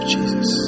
Jesus